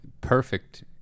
perfect